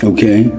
Okay